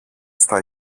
στα